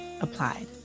applied